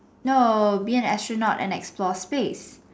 no be astronaut and explore space